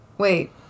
wait